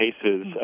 cases